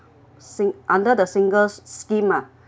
sing~ under the singles scheme ah